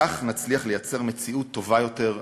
כך נצליח לייצר מציאות טובה יותר לכולנו.